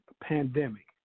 pandemic